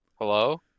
Hello